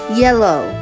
yellow